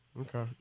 Okay